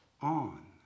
on